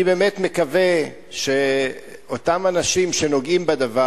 אני באמת מקווה שאותם אנשים שנוגעים בדבר